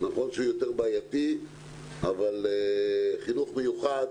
ובעייתי אבל חינוך מיוחד